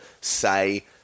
say